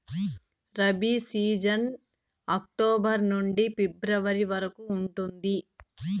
rabi season October నుండి February వరకు ఉంటుంది